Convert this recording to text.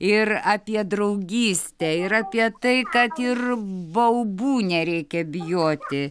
ir apie draugystę ir apie tai kad ir baubų nereikia bijoti